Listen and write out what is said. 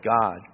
God